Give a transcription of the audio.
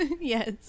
Yes